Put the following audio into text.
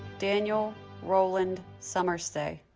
daniel roland summerstay